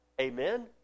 Amen